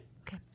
okay